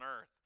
earth